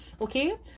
Okay